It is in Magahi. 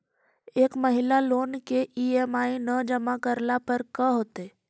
एक महिना लोन के ई.एम.आई न जमा करला पर का होतइ?